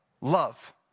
Love